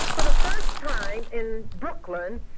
but first time in brooklyn,